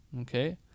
Okay